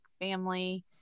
family